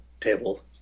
tables